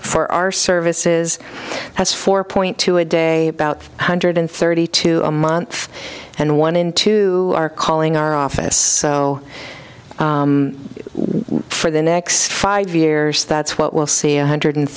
for our services has four point two a day about one hundred thirty two a month and one in two are calling our office so for the next five years that's what we'll see a hundred